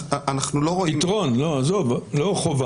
אנחנו לא רואים --- יתרון, לא חובה.